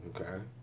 okay